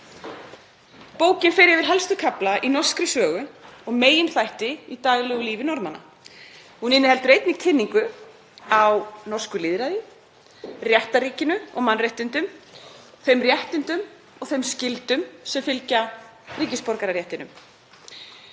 er farið yfir helstu kafla í norskri sögu og meginþætti í daglegu lífi Norðmanna. Hún inniheldur einnig kynningu á norsku lýðræði, réttarríkinu og mannréttindum, þeim réttindum og þeim skyldum sem fylgja ríkisborgararéttinum.